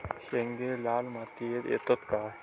शेंगे लाल मातीयेत येतत काय?